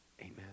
amen